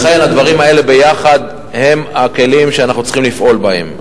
לכן הדברים האלה ביחד הם הכלים שאנחנו צריכים לפעול בהם.